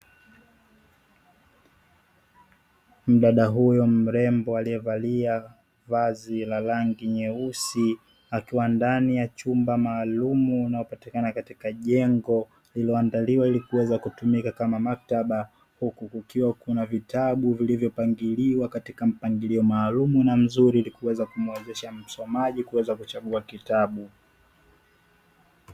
Mdada huyo mrembo aliyevalia vazi la rangi nyeusi akiwa ndani ya chumba maalum linalopatikana katika jengo lililoandaliwa ili kuweza kutumika kama maktaba, huku kukiwa kuna vitabu vilivyopangiliwa katika mpangilio maalum na mzuri ili kuweza kumwezesha msomaji kuweza kuchagua kitabu.